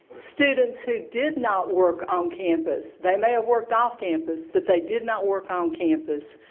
students who did not work on campus, they may have worked off campus but they did not work on campus,